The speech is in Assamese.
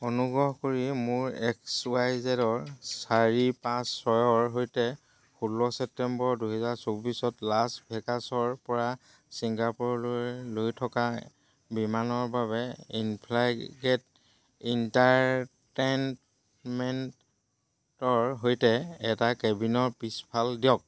অনুগ্ৰহ কৰি মোৰ এক্স ৱাই জেদ ৰ চাৰি পাঁচ ছয়ৰ সৈতে ষোল্ল ছেপ্টেম্বৰ দুহেজাৰ চৌব্বিছত লাছ ভেগাছৰ পৰা ছিংগাপুৰলৈ লৈ থকা বিমানৰ বাবে ইন ফ্লাইট এণ্টাৰটে'নমেণ্টৰ সৈতে এটা কেবিনৰ পিছফাল দিয়ক